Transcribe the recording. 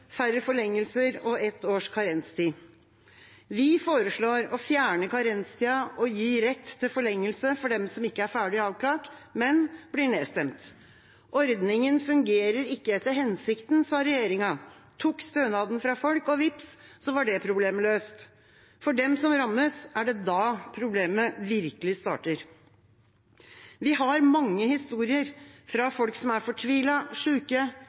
færre forlengelser og ett års karenstid. Vi foreslår å fjerne karenstida og gi rett til forlengelse for dem som ikke er ferdig avklart, men blir nedstemt. Ordningen fungerer ikke etter hensikten, sa regjeringa, tok stønaden fra folk, og vips, så var det problemet løst. For dem som rammes, er det da problemet virkelig starter. Vi har mange historier fra folk som er